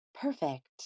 perfect